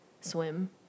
swim